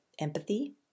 empathy